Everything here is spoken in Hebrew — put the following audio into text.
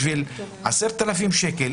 בשביל 10,000 שקלים,